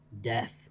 Death